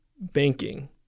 banking